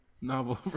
Novel